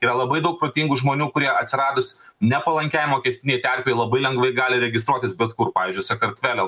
yra labai daug protingų žmonių kurie atsiradus nepalankiai mokestinei terpei labai lengvai gali registruotis bet kur pavyzdžiui sakartvele